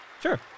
Sure